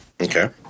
Okay